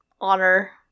honor